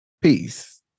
peace